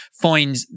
find